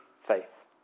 faith